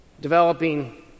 Developing